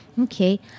Okay